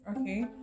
Okay